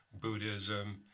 Buddhism